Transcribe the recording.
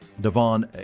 Devon